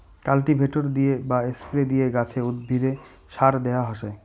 cultivator দিয়ে বা spray দিয়ে গাছে, উদ্ভিদে সার দেয়া হসে